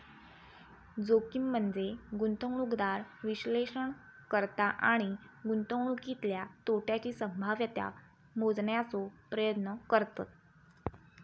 जोखीम म्हनजे गुंतवणूकदार विश्लेषण करता आणि गुंतवणुकीतल्या तोट्याची संभाव्यता मोजण्याचो प्रयत्न करतत